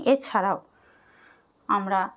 এছাড়াও আমরা